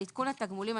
על עדכון התגמולים,